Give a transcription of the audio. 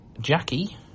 Jackie